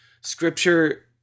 Scripture